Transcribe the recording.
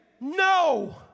no